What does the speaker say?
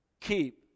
keep